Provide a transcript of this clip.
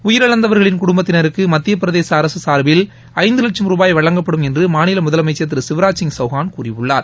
உயிரிழந்தவர்களின் குடும்பத்தினருக்கு மத்தியப் பிரதேச அரசு சார்பில் ஐந்து வலட்சும் ருபாய் வழங்கப்படும் என்று மாநில முதலமைச்சர் திரு சிவ்ராஜ் சிங் சௌகான் கூறியுள்ளார்